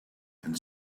and